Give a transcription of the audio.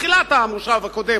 בתחילת המושב הקודם,